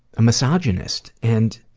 a misogynist. and